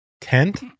tent